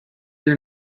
your